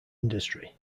industry